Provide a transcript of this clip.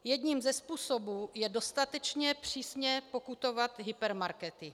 Jedním ze způsobů je dostatečně přísně pokutovat hypermarkety.